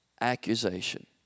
accusation